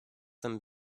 them